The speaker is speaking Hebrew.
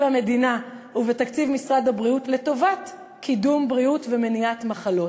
המדינה ובתקציב משרד הבריאות לטובת קידום בריאות ומניעת מחלות